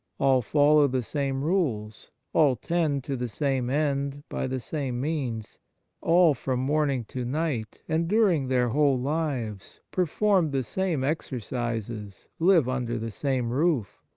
all follow the same rules all tend to the same end by the same means all from morning to night, and during their whole lives, perform the same exercises, live under the same roof,